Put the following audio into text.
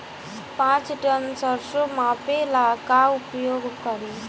पाँच टन सरसो मापे ला का उपयोग करी?